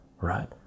right